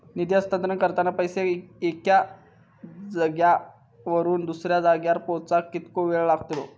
निधी हस्तांतरण करताना पैसे एक्या जाग्यावरून दुसऱ्या जाग्यार पोचाक कितको वेळ लागतलो?